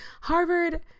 Harvard